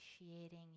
appreciating